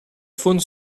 faune